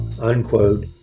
unquote